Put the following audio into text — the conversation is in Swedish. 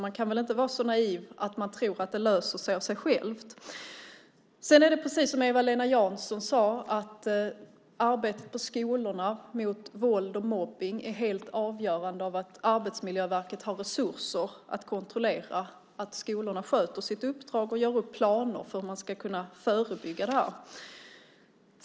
Man kan väl inte vara så naiv att man tror att det löser sig av sig självt. Sedan är det precis så som Eva-Lena Jansson sade, att arbetet på skolorna mot våld och mobbning är helt avhängigt att Arbetsmiljöverket har resurser till att kontrollera att skolorna sköter sitt uppdrag och gör upp planer för hur man ska kunna förebygga det här.